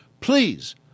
please